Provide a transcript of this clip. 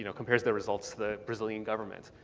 you know compares their results to the brazilian government.